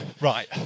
right